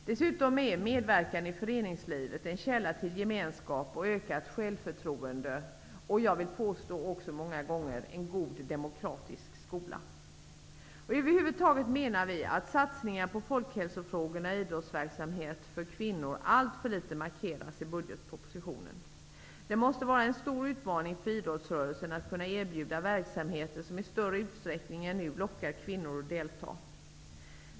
Dessutom är medverkan i föreningslivet en källa till gemenskap och ökat självförtroende och -- vill jag påstå -- många gånger en god demokratisk skola. Vi menar att satsningarna på folkhälsofrågor och idrottsverksamhet för kvinnor markeras alltför litet i budgetpropositionen. Det måste vara en stor utmaning för idrottsrörelsen att kunna erbjuda verksamheter som i större utsträckning än nu lockar kvinnor att delta.